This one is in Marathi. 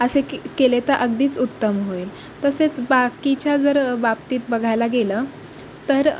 असे के केले तर अगदीच उत्तम होईल तसेच बाकीच्या जर बाबतीत बघायला गेलं तर